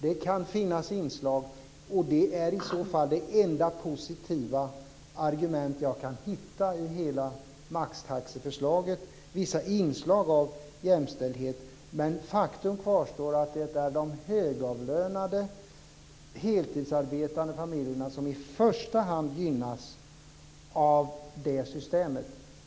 Det kan finnas inslag av jämställdhet i maxtaxeförslaget, och det är i så fall det enda positiva argument som jag kan hitta för det, men faktum kvarstår att det i första hand är de högavlönade heltidsarbetande familjerna som gynnas av det systemet.